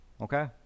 okay